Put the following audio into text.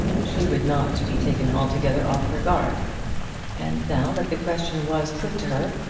she would not be taken altogether off her guard and now that the question was put to her,